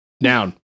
Noun